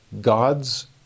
God's